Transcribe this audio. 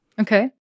Okay